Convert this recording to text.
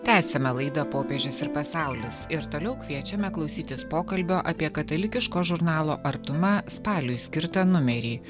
tęsiame laidą popiežius ir pasaulis ir toliau kviečiame klausytis pokalbio apie katalikiško žurnalo artuma spaliui skirtą numerį